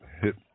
hit